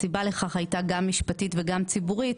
הסיבה לכך הייתה גם משפטית וגם ציבורית.